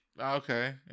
Okay